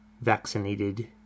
vaccinated